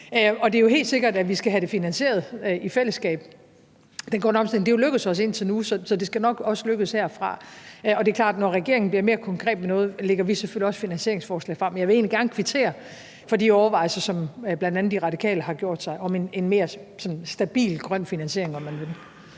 Det er jo helt sikkert, at vi skal have den grønne omstilling finansieret i fællesskab. Det er jo lykkedes os indtil nu, så det skal også nok lykkes herfra. Og det er klart, at når regeringen bliver mere konkret med noget, lægger vi selvfølgelig også finansieringsforslag frem. Men jeg vil egentlig gerne kvittere for de overvejelser, som bl.a. De Radikale har gjort sig om en mere sådan stabil grøn finansiering,